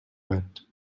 went